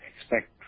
expect